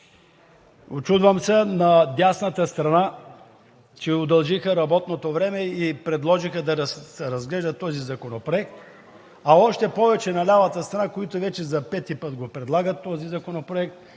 Учудвам се на дясната страна, че удължиха работното време и предложиха да разглеждат този законопроект, а още повече на лявата страна, които вече за пети път предлагат този законопроект